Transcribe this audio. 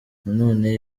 nanone